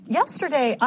yesterday